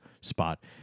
spot